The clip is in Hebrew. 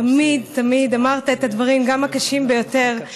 תמיד תמיד אמרת את הדברים, גם הקשים ביותר, בנועם,